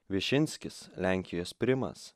višinskis lenkijos primas